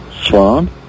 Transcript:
Swan